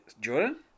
Jordan